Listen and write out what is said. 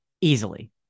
Easily